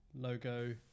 logo